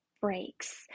breaks